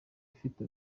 ifite